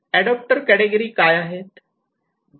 adopter category काय आहेत